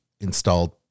installed